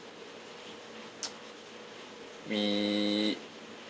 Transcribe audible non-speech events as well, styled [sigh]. [noise] we